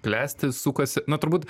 klesti sukasi na turbūt